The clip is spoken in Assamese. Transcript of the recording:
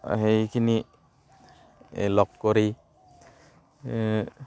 সেইখিনি লগ কৰি